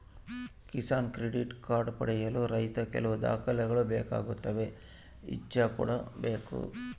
Kisan credit card ಪಡೆಯಲು ರೈತ ಕೆಲವು ದಾಖಲೆ ಬೇಕಾಗುತ್ತವೆ ಇಚ್ಚಾ ಕೂಡ ಬೇಕು